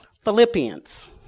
Philippians